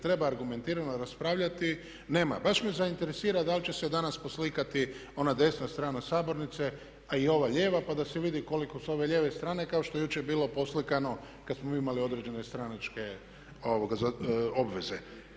treba argumentirano raspravljati nema, baš me zainteresira da li će se danas poslikati ona desna strana sabornice a i ova lijeva pa da se vidi koliko s ove lijeve strane, kao što je jučer bilo poslikano kad smo mi imali određene stranačke obveze.